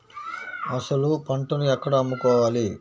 అసలు పంటను ఎక్కడ అమ్ముకోవాలి?